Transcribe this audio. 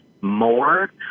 more